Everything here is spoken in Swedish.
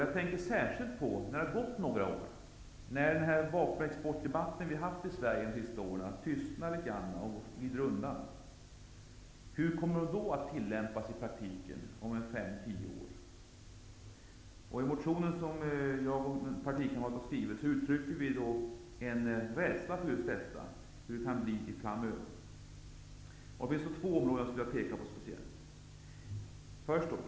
Jag tänker särskilt på när det har gått några år, när den vapenexportdebatt som vi har haft i Sverige de senaste åren har tystnat litet grand. Hur kommer de att tillämpas i praktiken om 5--10 år? I den motion som jag och en partikamrat har skrivit uttrycker vi en rädsla för hur det kan bli framöver. Det finns åtminstone två områden som jag skulle vilja peka på speciellt.